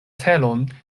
celon